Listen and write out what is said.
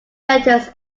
letters